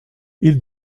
ils